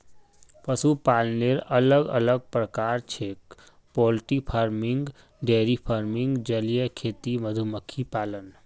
पशुपालनेर अलग अलग प्रकार छेक पोल्ट्री फार्मिंग, डेयरी फार्मिंग, जलीय खेती, मधुमक्खी पालन